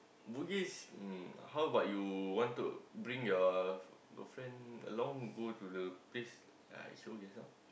bugis um how bout you want to bring your girlfriend along go to the place yeah I show you can some